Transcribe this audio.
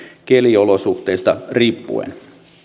keliolosuhteista riippuen